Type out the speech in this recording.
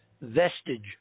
vestige